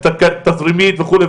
תזרימית וכו'.